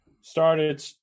started